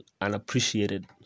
unappreciated